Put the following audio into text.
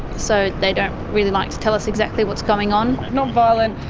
so they don't really like to tell us exactly what's going on. not violent,